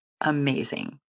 amazing